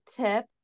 tip